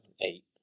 Eight